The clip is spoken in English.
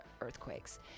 earthquakes